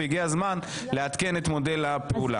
והגיע הזמן לעדכן את מודל הפעולה.